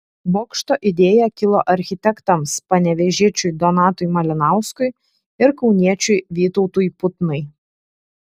bokšto idėja kilo architektams panevėžiečiui donatui malinauskui ir kauniečiui vytautui putnai